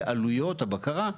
ועלויות הבקרה,